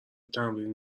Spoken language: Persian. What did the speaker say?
تمرین